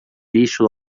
lixo